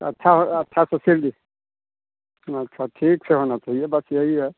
त अच्छा हो अच्छा से सिल दी अच्छा ठीक से होना चहिए बस यही है